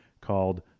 called